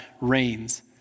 reigns